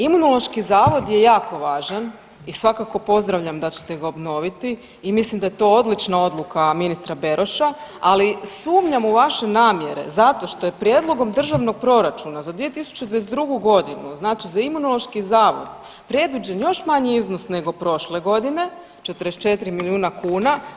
Imunološki zavod je jako važan i svakako pozdravljam da ćete ga obnoviti i mislim da je to odlična odluka ministra Beroša, ali sumnjam u vaše namjere zato što je Prijedlogom državnog proračuna za 2022. godinu, znači za Imunološki zavod predviđen još manji iznos nego prošle godine 44 milijuna kuna.